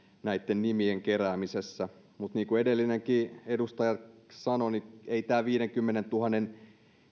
näitten nimien keräämisessä mutta niin kuin edellinenkin edustaja sanoi niin ei tämä viidenkymmenentuhannen